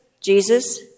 Jesus